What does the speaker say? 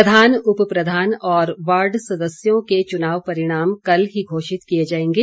प्रधान उपप्रधान और वार्ड सदस्यों के चुनाव परिणाम कल ही घोषित किए जाएंगे